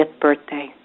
birthday